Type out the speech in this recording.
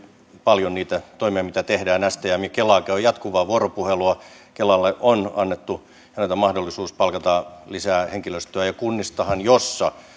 paljon niitä toimia mitä tehdään stm ja kela käyvät jatkuvaa vuoropuhelua kelalle on annettu mahdollisuus palkata lisää henkilöstöä kunnistahan joissa